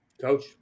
Coach